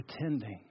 pretending